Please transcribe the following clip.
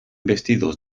vestidos